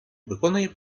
виконує